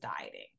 dieting